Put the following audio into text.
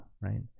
right